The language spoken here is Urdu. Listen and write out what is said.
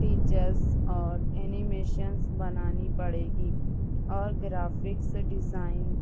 ٹیچرس اور انیمیشنس بنانی پڑے گی اور گرافکس ڈیزائن